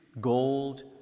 gold